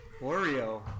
Oreo